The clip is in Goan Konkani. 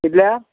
कितल्या